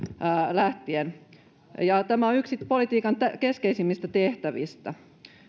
lähtien tämä on yksi politiikan keskeisimmistä tehtävistä